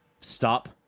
stop